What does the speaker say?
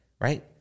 right